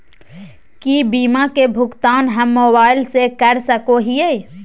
की बीमा के भुगतान हम मोबाइल से कर सको हियै?